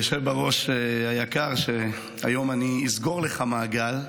היושב בראש היקר, היום אני אסגור לך מעגל.